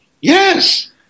Yes